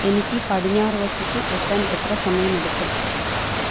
എനിക്ക് പടിഞ്ഞാറ് വശത്ത് എത്താൻ എത്ര സമയമെടുക്കും